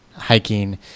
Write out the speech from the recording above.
Hiking